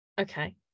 okay